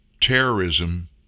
Terrorism